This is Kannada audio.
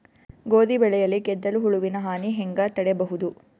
ಗೋಧಿ ಬೆಳೆಯಲ್ಲಿ ಗೆದ್ದಲು ಹುಳುವಿನ ಹಾನಿ ಹೆಂಗ ತಡೆಬಹುದು?